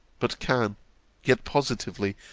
but can yet positively,